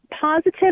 positive